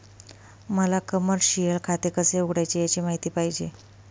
मला कमर्शिअल खाते कसे उघडायचे याची माहिती पाहिजे